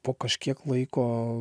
po kažkiek laiko